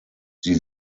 sie